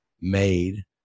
made